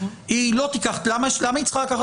היא לא תיקח אחריות.